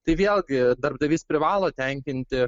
tai vėlgi darbdavys privalo tenkinti